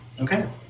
okay